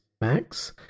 Max